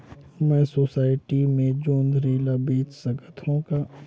मैं सोसायटी मे जोंदरी ला बेच सकत हो का?